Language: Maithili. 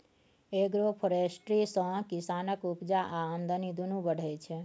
एग्रोफोरेस्ट्री सँ किसानक उपजा आ आमदनी दुनु बढ़य छै